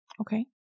Okay